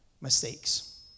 mistakes